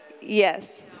Yes